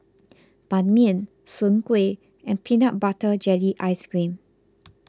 Ban Mian Soon Kueh and Peanut Butter Jelly Ice Cream